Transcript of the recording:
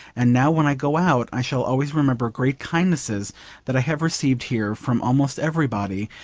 and now when i go out i shall always remember great kindnesses that i have received here from almost everybody,